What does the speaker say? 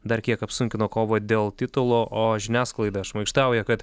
dar kiek apsunkino kovą dėl titulo o žiniasklaida šmaikštauja kad